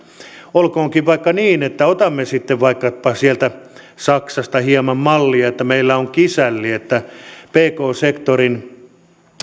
olkoonkin vaikka niin että otamme sitten vaikkapa sieltä saksasta hieman mallia että meillä on kisälli eli että pk sektorin